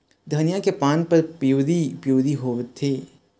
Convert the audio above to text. धनिया के पान हर पिवरी पीवरी होवथे?